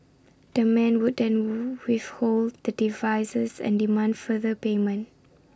the men would then withhold the devices and demand further payment